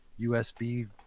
USB